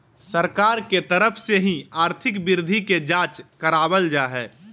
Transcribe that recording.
सरकार के तरफ से ही आर्थिक वृद्धि के जांच करावल जा हय